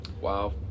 Wow